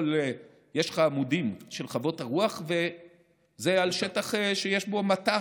יש לך עמודים של חוות הרוח על שטח שיש בו מטע